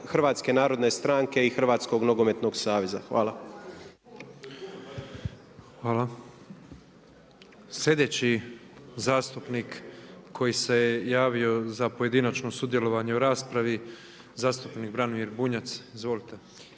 Hrvatske narodne stranke i Hrvatskog nogometnog saveza. Hvala. **Petrov, Božo (MOST)** Hvala. Sljedeći zastupnik koji se je javio za pojedinačno sudjelovanje u raspravi zastupnik Branimir Bunjac. Izvolite.